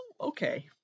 okay